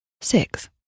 six